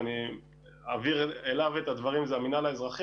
ואני אעביר אליו את הדברים זה המינהל האזרחי